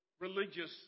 religious